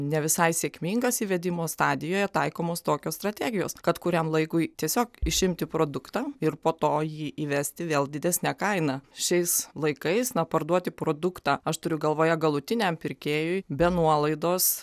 ne visai sėkmingas įvedimo stadijoje taikomos tokios strategijos kad kuriam laikui tiesiog išimti produktą ir po to jį įvesti vėl didesne kaina šiais laikais na parduoti produktą aš turiu galvoje galutiniam pirkėjui be nuolaidos